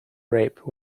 rape